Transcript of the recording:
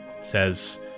says